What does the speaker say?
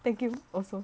thank you also